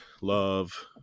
love